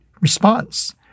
response